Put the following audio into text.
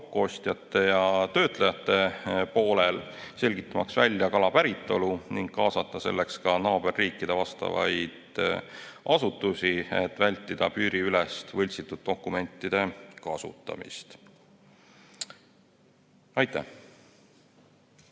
kokkuostjate ja töötlejate poolel, selgitamaks välja kala päritolu, ning kaasata selleks ka naaberriikide vastavaid asutusi, et vältida piiriülest võltsitud dokumentide kasutamist. Aitäh!